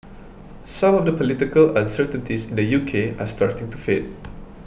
some of the political uncertainties in the U K are starting to fade